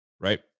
right